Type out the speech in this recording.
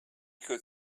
could